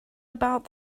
about